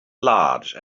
large